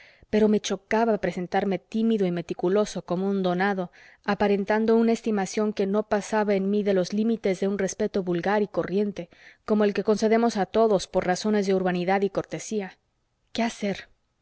pero me chocaba presentarme tímido y meticuloso como un donado aparentando una estimación que no pasaba en mí de los límites de un respeto vulgar y corriente como el que concedemos a todos por razones de urbanidad y cortesía qué hacer